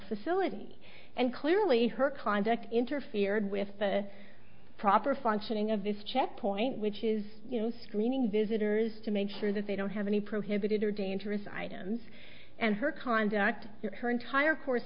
facility and clearly her conduct interfered with the proper functioning of this checkpoint which is screening visitors to make sure that they don't have any prohibited or dangerous items and her conduct her entire course